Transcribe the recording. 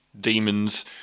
demons